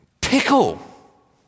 pickle